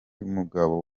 mugabo